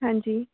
ਹਾਂਜੀ